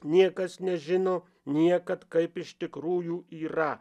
niekas nežino niekad kaip iš tikrųjų yra